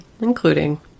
including